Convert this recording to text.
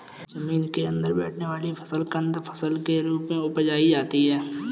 जमीन के अंदर बैठने वाली फसल कंद फसल के रूप में उपजायी जाती है